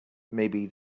maybe